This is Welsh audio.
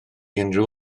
unrhyw